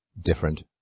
different